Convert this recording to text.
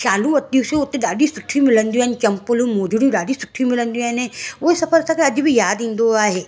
शालूं वरितयूं सीं हुते ॾाढी सुठी मिलंदियूं आहिनि चम्पलूं मुदड़ियूं ॾाढी सुठी मिलंदियूं आहिनि उहो सफ़रु असांखे अॼ बि यादि ईंदो आहे